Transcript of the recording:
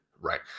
Right